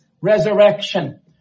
resurrection